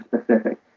specific